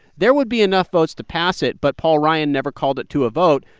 there would be enough votes to pass it. but paul ryan never called it to a vote.